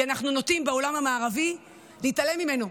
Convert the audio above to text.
כי אנחנו נוטים בעולם המערבי להתעלם ממנו.